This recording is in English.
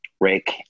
Rick